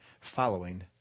following